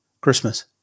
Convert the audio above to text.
Christmas